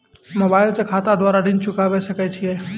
Mobile से खाता द्वारा ऋण चुकाबै सकय छियै?